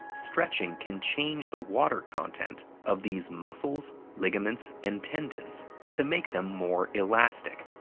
stretching can change the water content of these muscles, ligaments, and tendons to make them more elastic.